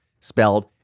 spelled